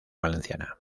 valenciana